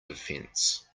defense